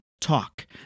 talk